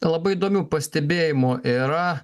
labai įdomių pastebėjimų yra